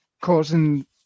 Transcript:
causing